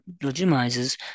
legitimizes